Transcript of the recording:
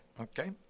Okay